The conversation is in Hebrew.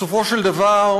בסופו של דבר,